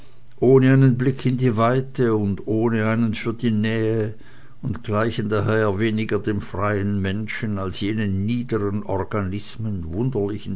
ohne einen blick in die weite und ohne einen für die nähe und gleichen daher weniger dem freien menschen als jenen niederen organismen